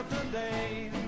today